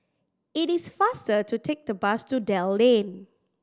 it is faster to take the bus to Dell Lane